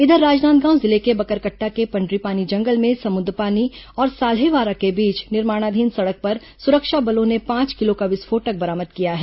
इधर राजनांदगांव जिले के बकरकट्टा के पंडरीपानी जंगल में समुंदपानी और साल्हेवारा के बीच निर्माणाधीन सड़क पर सुरक्षा बलों ने पांच किलो का विस्फोटक बरामद किया है